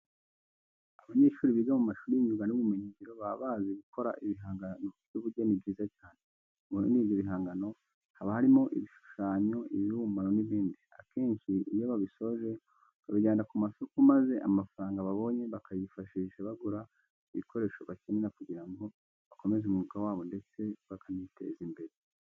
Abanyeshuri biga mu mashuri y'imyuga n'ubumenyingiro baba bazi gukora ibihangano by'ubugeni byiza cyane, muri ibyo bihangano haba harimo ibishushanyo, ibibumbano n'ibindi. Akenshi iyo babisoje babijyana ku masoko maze amafaranga babonye bakayifashisha bagura ibikoresho bakenera kugira ngo bakomeze umwuga wabo ndetse bakaniteza imbere.